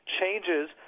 changes